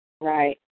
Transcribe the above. Right